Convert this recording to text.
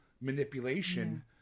manipulation